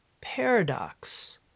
paradox